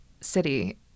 City